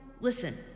Listen